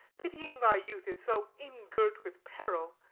pitying thy youth is so ingirt with peril,